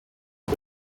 uko